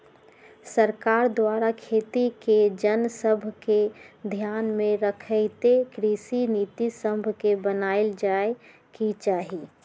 सरकार द्वारा खेती के जन सभके ध्यान में रखइते कृषि नीति सभके बनाएल जाय के चाही